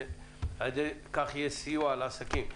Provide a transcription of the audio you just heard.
ועל ידי כך יהיה סיוע לעסקים.